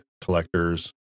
collectors